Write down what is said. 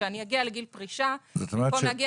כשאני אגיע לגיל פרישה במקום שאני אגיע